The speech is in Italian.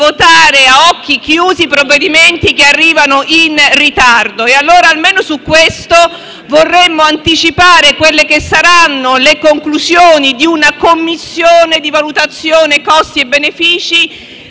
votare ad occhi chiusi provvedimenti che arrivano in ritardo e, almeno su questo, vorremmo anticipare le conclusioni di una commissione di valutazione costi-benefici